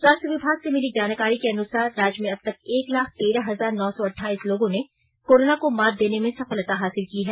स्वास्थ्य विभाग से मिली जानकारी के अनुसार राज्य में अब तक एक लाख तेरह हजार नौ सौ अठ्ठाइस लोगों ने कोरोना को मात देने में सफलता हासिल की है